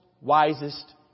wisest